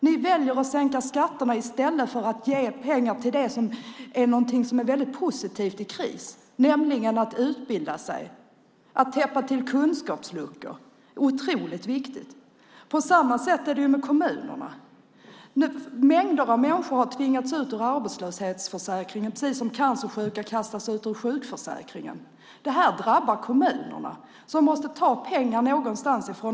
Ni väljer att sänka skatterna i stället för att anslå pengar till det som i en kris är väldigt positivt, nämligen att man utbildar sig. Att täppa till kunskapsluckor är otroligt viktigt. På samma sätt är det med kommunerna. En mängd människor har tvingats ut ur arbetslöshetsförsäkringen, precis som cancersjuka nu kastas ut ur sjukförsäkringen. Detta drabbar kommunerna. Någonstans måste pengarna tas.